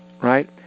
Right